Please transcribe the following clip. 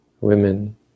women